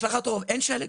השלכת רוחב, אין שלג.